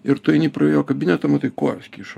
ir tu eini pro jo kabinetą matai kojos kyšo